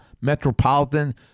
Metropolitan